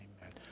Amen